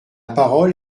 parole